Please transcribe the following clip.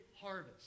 harvest